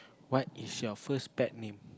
what is your first pet name